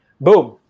boom